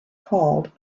called